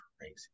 crazy